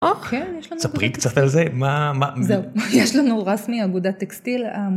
או! כן, יש לנו... ספרי קצת על זה, מה...? זהו, יש לנו רס מאגודת טקסטיל.